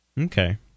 Okay